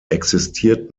existiert